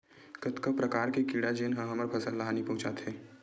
कतका प्रकार के कीड़ा जेन ह हमर फसल ल हानि पहुंचाथे?